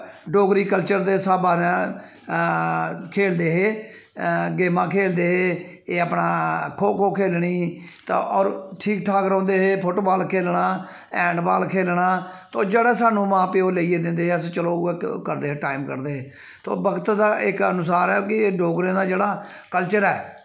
Dogri culture दे स्हाबा नै खेलदे हे गेमां खेलदे हे एह् अपना खो खो खेलनी ते होर ठीक ठाक रौंह्दे हे फुट्ट बॉल खेलना हैंड बॉल खेलना तो जेह्ड़ा सानूं मां प्यो लेइयै दिंदे हे अस चलो उ'ऐ करदे टाईम कड्ढदे हे तो बक्त दे इक अनुसार ऐ कि डोगरें दा जेह्ड़ा कल्चर ऐ